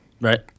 Right